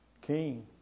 King